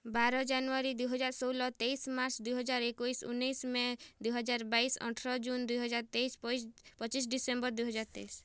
ବାର ଜାନୁୟାରୀ ଦୁଇ ହଜାର ଷୋହଳ ତେଇଶି ମାର୍ଚ୍ଚ ଦୁଇ ହଜାର ଏକୋଇଶି ଉଣେଇଶି ମେ ଦୁଇ ହଜାର ବାଇଶି ଅଠର ଜୁନ୍ ଦୁଇ ହଜାର ତେଇଶି ପଚିଶି ଡିସେମ୍ବର ଦୁଇ ହଜାର ତେଇଶି